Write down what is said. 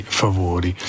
favori